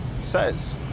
says